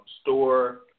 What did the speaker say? store